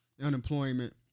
Unemployment